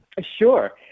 Sure